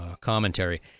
commentary